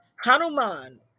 Hanuman